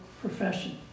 profession